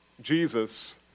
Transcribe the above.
Jesus